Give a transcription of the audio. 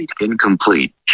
Incomplete